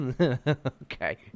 Okay